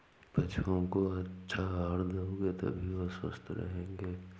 पशुओं को अच्छा आहार दोगे तभी वो स्वस्थ रहेंगे